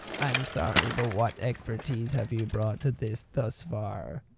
i'm sorry but what expertise have you brought to this thus far?